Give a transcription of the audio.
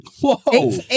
Whoa